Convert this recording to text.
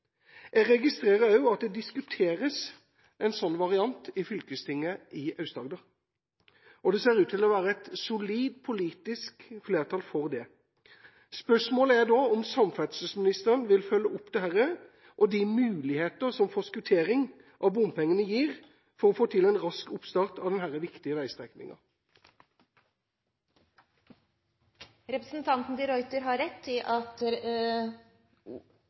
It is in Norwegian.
en slik variant også diskuteres i Fylkestinget i Aust-Agder, og det ser ut til å være et solid politisk flertall for det. Spørsmålet er da om samferdselsministeren vil følge opp dette og de muligheter som forskuttering av bompengene gir, for å få til en rask oppstart på denne viktige veistrekningen. Representanten de Ruiter har rett i at